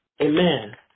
Amen